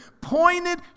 pointed